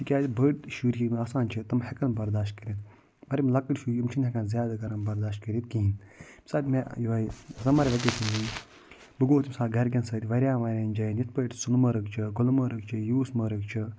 تِکیٛازِ بٔڑۍ شُرۍ ہی یِم آسان تِم ہٮ۪کن برداش کٔرِتھ مر یِم لَکٕٹۍ شُرۍ یِم چھِ نہِ ہٮ۪کان زیادٕ گَرم برداش کٔرِتھ کِہیٖنۍ ییٚمہِ ساتہٕ مےٚ ہِہوے سمر وکیشن بہٕ گوس تمہِ ساتہٕ کرکٮ۪ن سۭتۍ وارِیاہ وارِیاہن جاین یِتھ پٲٹھۍ سُن مرٕگ چھِ گُلمرٕگ چھِ یوٗس مرٕگ چھِ